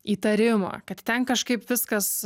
įtarimą kad ten kažkaip viskas